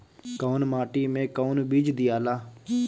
कौन माटी मे कौन बीज दियाला?